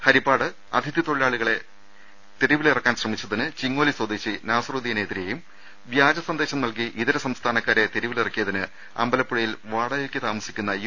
ഹരിപ്പാട് അതിഥി തെരുവിലിറക്കാൻ ശ്രമിച്ചതിന് ചിങ്ങോലി സ്വദേശി നാസറുദീനെ തിരേയും വ്യാജ സന്ദേശം നൽകി ഇതര സംസ്ഥാനക്കാരെ തെരുവിലിറക്കിയതിന് അമ്പലപ്പുഴയിൽ വാടകയ്ക്ക് താമസിക്കുന്ന യു